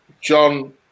John